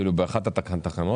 באחת התחנות?